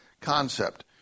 concept